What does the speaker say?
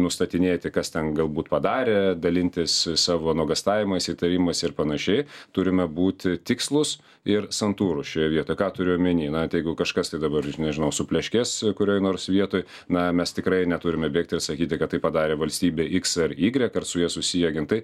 nustatinėti kas ten galbūt padarė dalintis savo nuogąstavimais įtarimais ir panašiai turime būti tikslūs ir santūrūs šioje vietoj ką turiu omeny na tai jeigu kažkas tai dabar nežinau supleškės kurioj nors vietoj na mes tikrai neturime bėgti ir sakyti kad tai padarė valstybė iks ar ygrik ar su ja susiję agentai